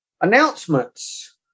Announcements